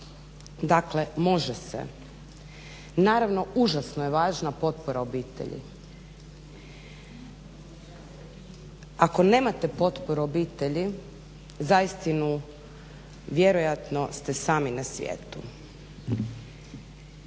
Dakle može se, naravno užasno je važna potpora obitelji. Ako nemate potporu obitelji, zaistinu vjerojatno ste sami na svijetu.